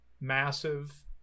massive